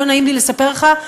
לא נעים לי לספר לך,